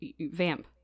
Vamp